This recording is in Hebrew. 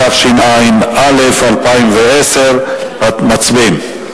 התשע"א 2010. מצביעים.